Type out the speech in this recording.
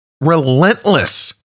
relentless